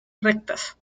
rectas